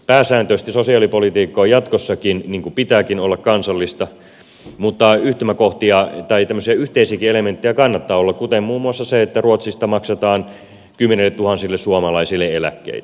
pääsääntöisesti sosiaalipolitiikka on jatkossakin niin kuin pitääkin olla kansallista mutta tämmöisiä yhteisiäkin elementtejä kannattaa olla kuten muun muassa se että ruotsista maksetaan kymmenilletuhansille suomalaisille eläkkeitä